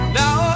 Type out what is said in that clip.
now